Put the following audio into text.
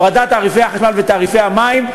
הורדת תעריפי החשמל ותעריפי המים,